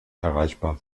erreichbar